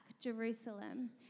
Jerusalem